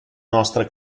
nostra